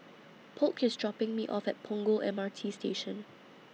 Polk IS dropping Me off At Punggol M R T Station